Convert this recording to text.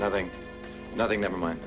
nothing nothing never mind